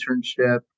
internship